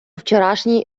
вчорашній